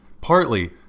Partly